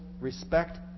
respect